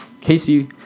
Casey